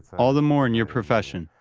all the more in your profession,